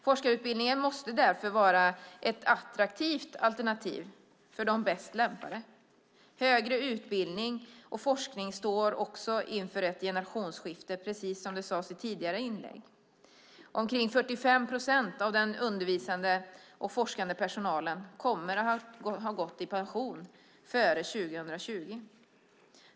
Forskarutbildningen måste därför vara ett attraktivt alternativ för de bäst lämpade. Högre utbildning och forskning står också, precis som det sades i ett tidigare inlägg, inför ett generationsskifte. Omkring 45 procent av den undervisande och forskande personalen kommer att ha gått i pension före 2020.